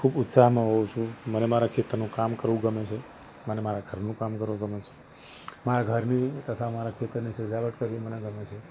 ખૂબ ઉત્સાહમાં હોઉં છું મને મારા ખેતરનું કામ કરવું ગમે છે મને મારા ઘરનું કામ કરવું ગમે છે મારા ઘરની તથા મારા ખેતરની સજાવટ કરવી મને ગમે છે